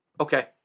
okay